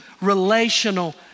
relational